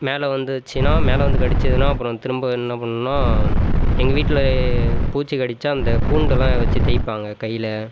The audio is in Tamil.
மேலே வந்துச்சுன்னா மேலே வந்து கடிச்சுன்னா அப்புறம் திரும்ப என்ன பண்ணணும்னால் எங்கள் வீட்டில் பூச்சி கடித்தால் அந்த பூண்டெலாம் வச்சு தேய்ப்பாங்க கையில்